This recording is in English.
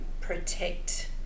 protect